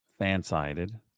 fan-sided